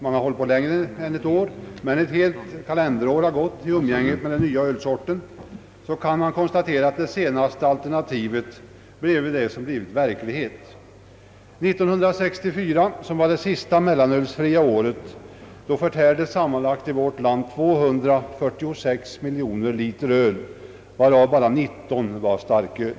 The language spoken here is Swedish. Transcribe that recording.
När nu ett helt kalenderår har gått i umgänget med den nya ölsorten, kan man konstatera att det sist nämnda alternativet har blivit verklighet. År 1964, som var det sista mellanölsfria året, förtärdes sammanlagt 246 miljoner liter öl varav bara 19 miljoner var starköl.